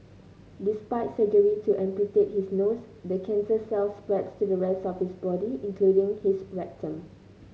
despite surgery to amputate his nose the cancer cells spread to the rest of his body including his rectum